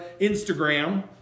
Instagram